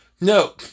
No